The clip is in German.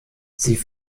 sie